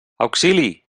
auxili